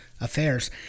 affairs